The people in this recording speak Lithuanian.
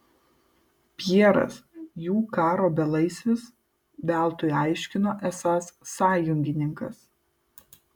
pjeras jų karo belaisvis veltui aiškino esąs sąjungininkas